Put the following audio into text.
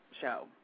show